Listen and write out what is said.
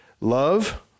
Love